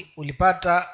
ulipata